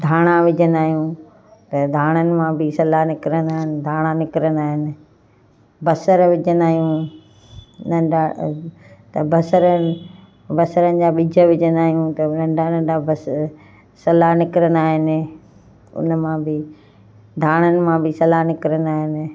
धाणा विझंदा आहियूं त धाणनि मां बि सला निकिरंदा आहिनि धाणा निकिरंदा आहिनि बसर विझंदा आहियूं नंढा त बसर बसरनि जा ॿिज विझंदा आहियूं त नंढा नंढा बसर सला निकिरंदा आहिनि उन मां बि धाणनि मां बि सला निकिरंदा आहिनि